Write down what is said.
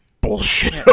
bullshit